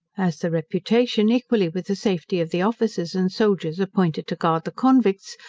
as the reputation, equally with the safety of the officers and soldiers appointed to guard the convicts,